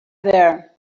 there